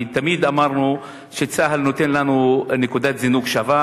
כי תמיד אמרנו שצה"ל נותן לנו נקודת זינוק שווה,